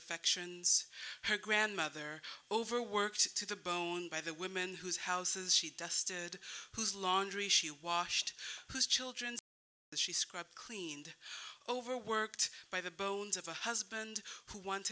affections her grandmother overworked to the bone by the women whose houses she dusted whose laundry she washed whose children she scrubbed cleaned overworked by the bones of a husband who want